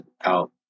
out